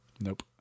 Nope